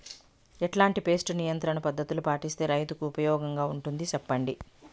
ఎట్లాంటి పెస్ట్ నియంత్రణ పద్ధతులు పాటిస్తే, రైతుకు ఉపయోగంగా ఉంటుంది సెప్పండి?